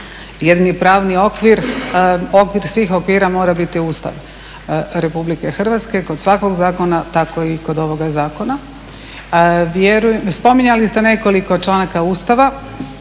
jedini pravni okvir, okvir svih okvira mora biti Ustav RH kod svakog zakona tako i kod ovoga zakona. Spominjali ste nekoliko članaka Ustava,